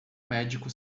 médico